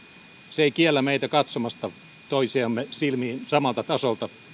se ei kiellä meitä katsomasta toisiamme silmiin samalta tasolta